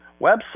website